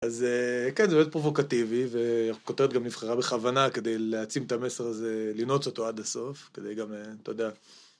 אז כן, זה באמת פרובוקטיבי, והכותרת גם נבחרה בכוונה כדי להעצים את המסר הזה, לנעוץ אותו עד הסוף, כדי גם, אתה יודע